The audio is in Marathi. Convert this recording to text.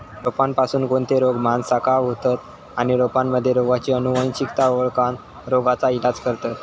रोपांपासून कोणते रोग माणसाका होतं आणि रोपांमध्ये रोगाची अनुवंशिकता ओळखोन रोगाचा इलाज करतत